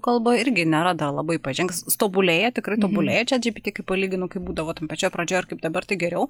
kalba irgi nėra dar labai pažengs tobulėja tikrai tobulėja čat džipiti kai palyginu kai būdavo ten pačioj pradžioj ir kaip dabar tai geriau